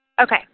Okay